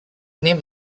named